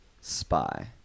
spy